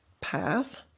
path